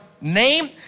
name